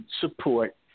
support